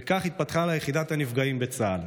וכך התפתחה לה יחידת הנפגעים בצה"ל.